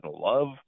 Love